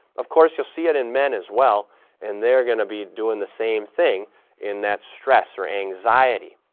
of course, you'll see it in men as well and they're going to be doing the same thing in that stress or anxiety.